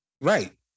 Right